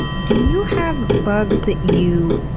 do you have bugs that you,